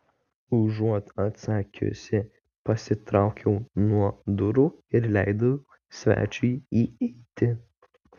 užuot atsakiusi pasitraukiau nuo durų ir leidau svečiui įeiti